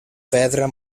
pedra